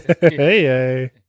hey